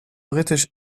britisch